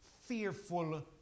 fearful